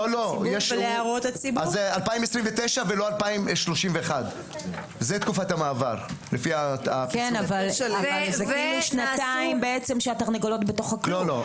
זה 2029 ולא 2031. זה שנתיים שהתרנגולות בתוך הכלוב.